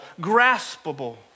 graspable